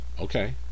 Okay